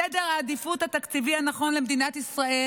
סדר העדיפויות התקציבי הנכון למדינת ישראל